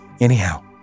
Anyhow